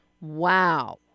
Wow